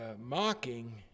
mocking